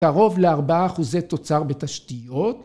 ‫קרוב ל-4 אחוזי תוצר בתשתיות.